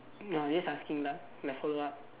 no just asking lah like follow up